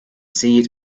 see